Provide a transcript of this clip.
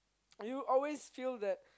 you always feel that